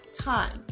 time